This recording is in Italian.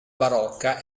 barocca